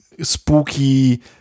spooky